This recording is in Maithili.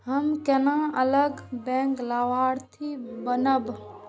हम केना अलग बैंक लाभार्थी बनब?